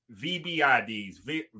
VBIDs